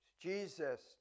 Jesus